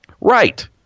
Right